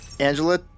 Angela